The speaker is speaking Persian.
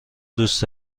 دوست